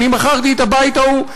אני מכרתי את הבית ההוא,